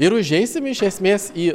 ir užeisim iš esmės į